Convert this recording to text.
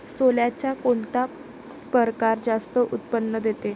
सोल्याचा कोनता परकार जास्त उत्पन्न देते?